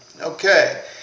okay